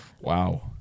Wow